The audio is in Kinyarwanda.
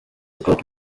court